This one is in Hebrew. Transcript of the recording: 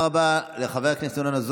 תודה רבה לחבר הכנסת.